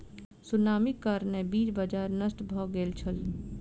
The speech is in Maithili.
सुनामीक कारणेँ बीज बाजार नष्ट भ गेल छल